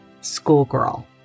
schoolgirl